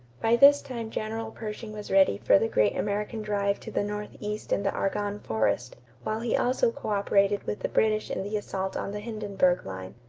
by this time general pershing was ready for the great american drive to the northeast in the argonne forest, while he also cooperated with the british in the assault on the hindenburg line.